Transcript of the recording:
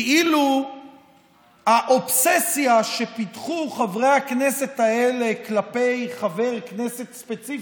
כאילו האובססיה שפיתחו חברי הכנסת האלה כלפי חברי כנסת ספציפי,